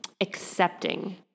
accepting